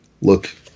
look